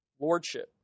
Lordship